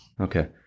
okay